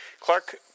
Clark